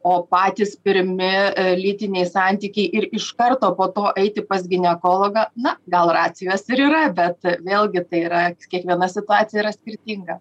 o patys pirmi lytiniai santykiai ir iš karto po to eiti pas ginekologą na gal racijos ir yra bet vėlgi tai yra kiekviena situacija yra skirtinga